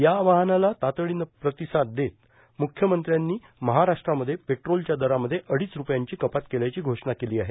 या आवाहनाला तातडीनं प्रतिसाद देत मुख्यमंत्र्यांनी महाराष्ट्रामध्ये पेट्रोलच्या दरामध्ये अडीच रुपयांची कपात केल्याची घोषणा केली आहे